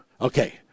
Okay